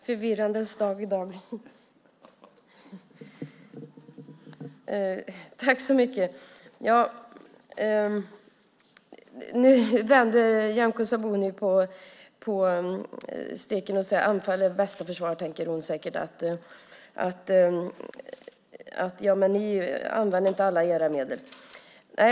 Herr talman! Nu vänder Nyamko Sabuni på steken. Anfall är bästa försvar, tänker hon säkert när hon säger att vi inte använde alla våra medel.